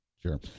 Sure